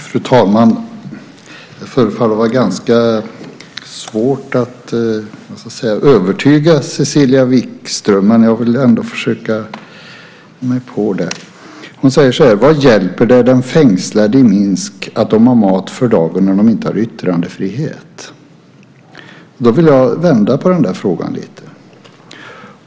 Fru talman! Det förefaller att vara ganska svårt att övertyga Cecilia Wikström, men jag vill ändå försöka mig på det. Hon säger: Vad hjälper det de fängslade i Minsk att de har mat för dagen när de inte har yttrandefrihet? Jag vill vända på den frågan lite.